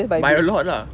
by a lot lah